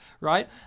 right